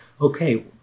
okay